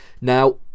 Now